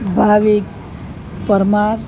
Bhavik Parmar